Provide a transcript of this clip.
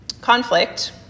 Conflict